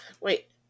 Wait